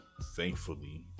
thankfully